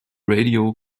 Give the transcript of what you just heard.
radio